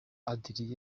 adrien